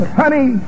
honey